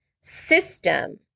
system